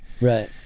right